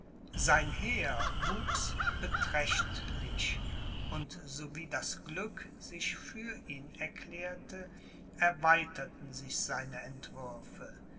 sein heer wuchs beträchtlich und so wie das glück sich für ihn erklärte erweiterten sich seine entwürfe